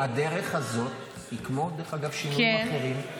הדרך הזאת היא כמו, דרך אגב, שינויים אחרים.